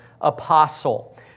apostle